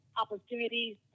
opportunities